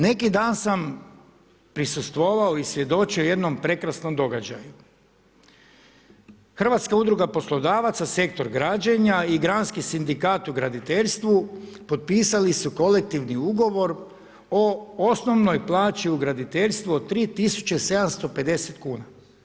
Neki dan sam prisustvovao i svjedočio jednom prekrasnom događaju, Hrvatska udruga poslodavaca, sektor građenja i gradski sindikat u graditeljstvu, potpisali su kolektivni ugovor o osnovnoj plaći u graditeljstvu od 3750 kuna.